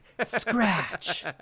scratch